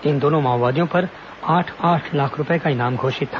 इन दोनों माओवादियों पर आठ आठ लाख रूपये का इनाम घोषित था